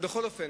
בכל אופן,